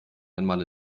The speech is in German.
einmal